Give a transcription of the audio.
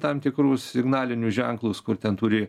tam tikrus signalinius ženklus kur ten turi